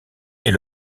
est